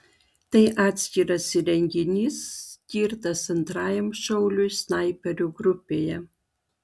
tai atskiras įrenginys skirtas antrajam šauliui snaiperių grupėje